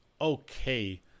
okay